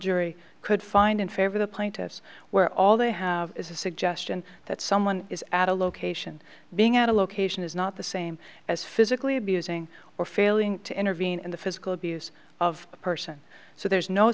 jury could find in favor the plaintiffs where all they have is a suggestion that someone is at a location being at a location is not the same as physically abusing or failing to intervene in the physical abuse of a person so there's no